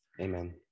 amen